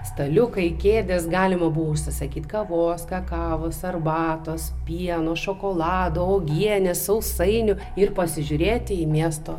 staliukai kėdės galima buvo užsisakyt kavos kakavos arbatos pieno šokolado uogienės sausainių ir pasižiūrėti į miesto